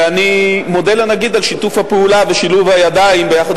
ואני מודה לנגיד על שיתוף הפעולה ושילוב הידיים יחד